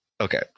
Okay